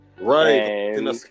right